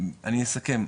אני אסכם,